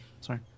Sorry